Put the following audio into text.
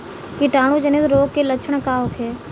कीटाणु जनित रोग के लक्षण का होखे?